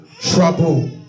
trouble